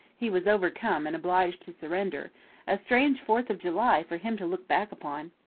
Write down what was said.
he was overcome and obliged to surrender a strange fourth of july for him to look back upon!